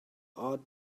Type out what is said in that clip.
ought